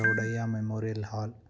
Chowdaiah Memorial ಹಾಲ್